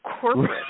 corporate